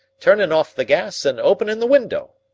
turnin' off the gas, and openin' the window.